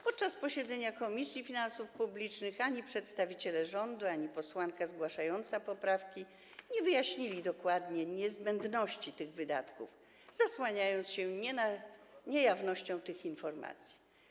Podczas posiedzenia Komisji Finansów Publicznych ani przedstawiciele rządu, ani posłanka zgłaszająca poprawki nie wyjaśnili dokładnie niezbędności tych wydatków, zasłaniając się niejawnością informacji.